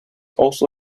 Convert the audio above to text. also